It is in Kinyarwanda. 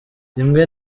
rimwe